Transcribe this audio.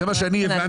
מהדברים,